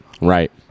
right